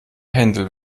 händel